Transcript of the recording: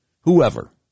whoever